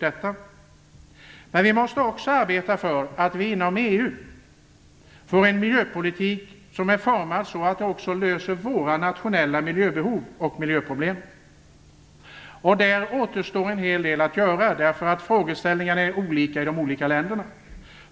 etc. Men vi måste också arbeta för att vi inom EU får en miljöpolitik som är formad så att den löser våra nationella miljöbehov och miljöproblem. Där återstår en hel del att göra, därför att frågeställningarna är olika i de olika länderna.